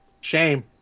Shame